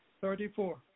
Thirty-four